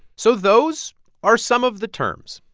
so those are some of the terms,